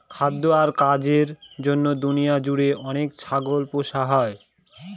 খাদ্য আর কাজের জন্য দুনিয়া জুড়ে অনেক ছাগল পোষা হয়